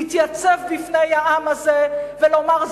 להתייצב בפני העם הזה ולומר,